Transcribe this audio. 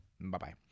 Bye-bye